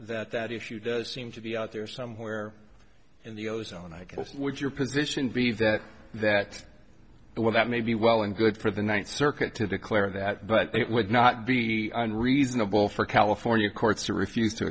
that that issue does seem to be out there somewhere in the ozone i guess would your position be that that well that may be well and good for the ninth circuit to declare that but it would not be unreasonable for california courts to refuse to